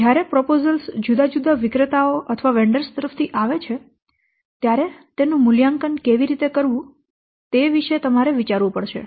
જ્યારે દરખાસ્તો જુદા જુદા વિક્રેતાઓ તરફ થી આવે છે ત્યારે તેનું મૂલ્યાંકન કેવી રીતે કરવું તે તમારે વિચારવું પડશે